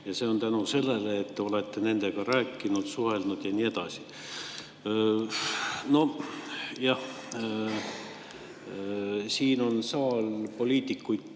See on tänu sellele, et te olete nendega rääkinud, suhelnud ja nii edasi. Noh, jah. Siin on saal täis poliitikuid,